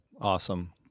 Awesome